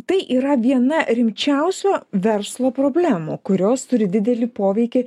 tai yra viena rimčiausių verslo problemų kurios turi didelį poveikį